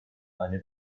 eine